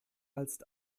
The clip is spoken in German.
als